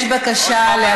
עוד פעם היה דיון?